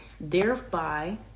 Thereby